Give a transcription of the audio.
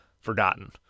forgotten